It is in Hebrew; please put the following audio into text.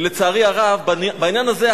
ולצערי הרב בעניין הזה,